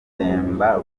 atemba